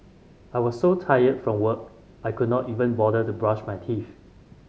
I was so tired from work I could not even bother to brush my teeth